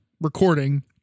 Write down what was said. recording